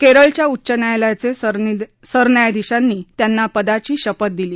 केरळच्या उच्च न्यायालयाचे सरन्यायाधीशांनी त्यांना पदाची शपथ दिली